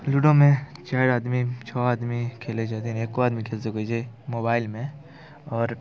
लूडोमे चारि आदमी छओ आदमी खेलैत छथिन एक्को आदमी खेल सकैत छै मोबाइलमे आओर